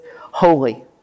holy